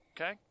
okay